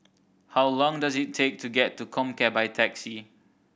how long does it take to get to Comcare by taxi